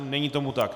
Není tomu tak.